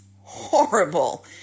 horrible